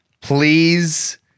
please